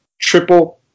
Triple